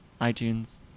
iTunes